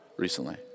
recently